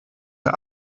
der